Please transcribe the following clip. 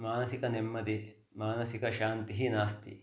मानसिकं नेम्मदि मानसिकशान्तिः नास्ति